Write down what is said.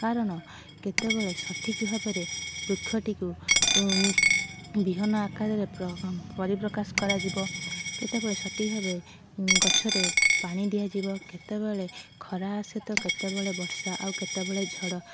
କାରଣ କେତେବେଳେ ସଠିକ୍ ଭାବରେ ବୃକ୍ଷଟିକୁ ବିହନ ଆକାରରେ ପରିପ୍ରକାଶ କରାଯିବ କେତେବେଳେ ସଠିକ୍ ଭାବରେ ଗଛରେ ପାଣି ଦିଆଯିବ କେତେବେଳେ ଖରା ଆସେ ତ କେତେବେଳେ ବର୍ଷା ଆଉ କେତେବେଳେ ଝଡ଼